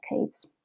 decades